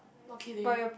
not kidding